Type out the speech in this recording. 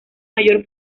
mayor